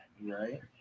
Right